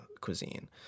cuisine